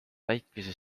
väikese